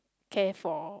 care for